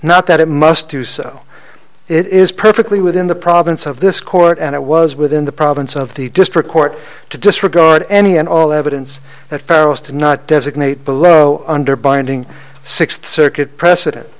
not that it must do so it is perfectly within the province of this court and it was within the province of the district court to disregard any and all evidence that fowles did not designate below under binding sixth circuit precedent